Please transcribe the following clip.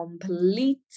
complete